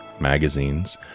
magazines